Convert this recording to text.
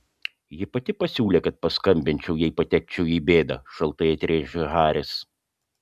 ji pati pasiūlė kad paskambinčiau jei patekčiau į bėdą šaltai atrėžė haris